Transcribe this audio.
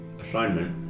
assignment